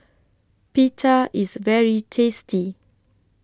Pita IS very tasty